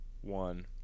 one